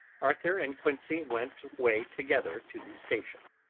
arthur and quincey went away together to the station,